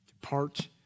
Depart